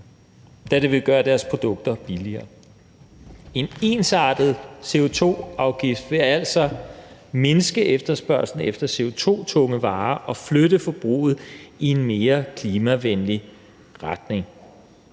da det vil gøre deres produkter billigere. En ensartet CO2-afgift vil altså mindske efterspørgslen efter CO2-tunge varer og flytte forbruget i en mere klimavenlig retning.